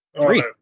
Three